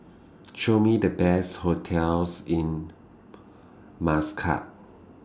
Show Me The Best hotels in Muscat